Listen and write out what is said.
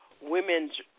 women's